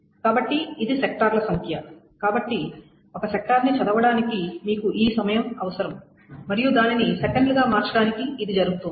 కాబట్టి ఇది సెక్టార్ల సంఖ్య కాబట్టి ఒక సెక్టార్ని చదవడానికి మీకు ఈ సమయం అవసరం మరియు దానిని సెకన్లుగా మార్చడానికి ఇది జరుగుతోంది